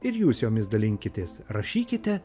ir jūs jomis dalinkitės rašykite